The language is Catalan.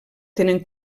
tenen